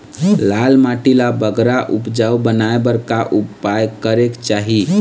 लाल माटी ला बगरा उपजाऊ बनाए बर का उपाय करेक चाही?